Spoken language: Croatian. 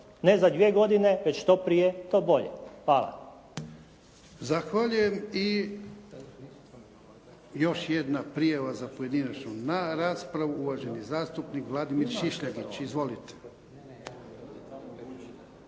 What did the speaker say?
Ne za dvije godine već što prije to bolje. Hvala.